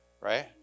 right